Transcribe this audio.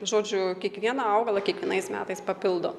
žodžiu kiekvieną augalą kiekvienais metais papildo